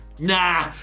Nah